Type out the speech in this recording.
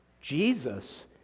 jesus